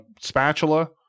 spatula